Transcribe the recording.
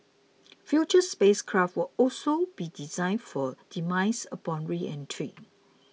future spacecraft will also be designed for demise upon reentry